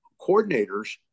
coordinators